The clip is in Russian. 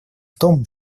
том